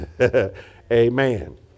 Amen